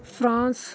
France